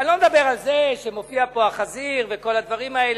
אני לא מדבר על זה שמופיע פה החזיר וכל הדברים האלה,